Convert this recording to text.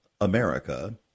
America